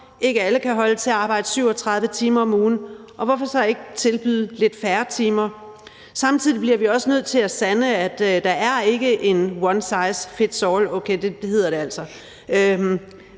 Ikke alle kan holde til at arbejde 37 timer om ugen, og hvorfor så ikke tilbyde lidt færre timer? Samtidig bliver vi også nødt til at sande, at der ikke er en one size fits